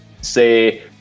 say